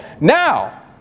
now